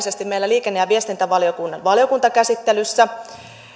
huolellisesti meillä liikenne ja viestintävaliokunnan valiokuntakäsittelyssä